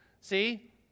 See